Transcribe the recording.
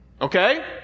Okay